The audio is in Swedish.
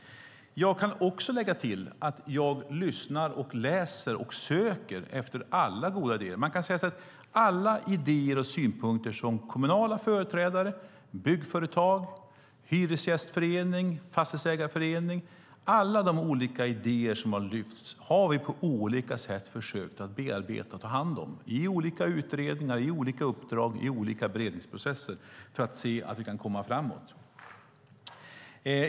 Jag kan lägga till att jag lyssnar på, läser om och söker efter alla goda idéer. Alla de idéer och synpunkter som kommunala företrädare, byggföretag, hyresgästförening, fastighetsägarförening lyft fram har vi på olika sätt försökt bearbeta och ta hand om i utredningar, uppdrag, beredningsprocesser för att kunna komma framåt.